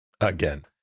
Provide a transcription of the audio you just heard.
again